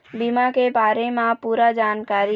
बीमा के बारे म पूरा जानकारी?